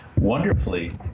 Wonderfully